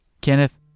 Kenneth